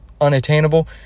unattainable